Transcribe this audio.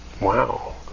wow